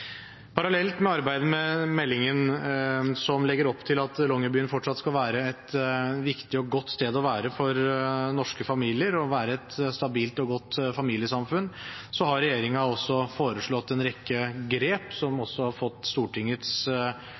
Parallelt med arbeidet med meldingen – som legger opp til at Longyearbyen fortsatt skal være et viktig og godt sted å være for norske familier og være et stabilt og godt familiesamfunn – har regjeringen også foreslått en rekke grep, som har fått Stortingets